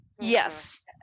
Yes